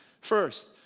First